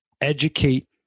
educate